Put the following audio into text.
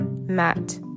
Matt